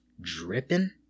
dripping